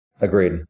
Agreed